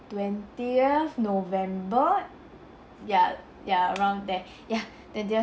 twentieth november ya ya around there ya twentieth